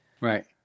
Right